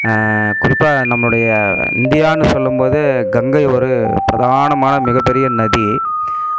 குறிப்பாக நம்மளுடைய இந்தியானு சொல்லும் போது கங்கை ஒரு பிரதானமான மிக பெரிய நதி